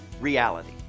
reality